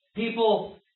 people